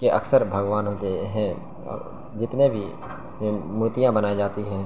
کے اکثر بھگوان ہوتے ہیں جتنے بھی مورتیاں بنائی جاتی ہیں